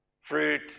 fruit